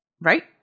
right